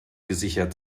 gesichert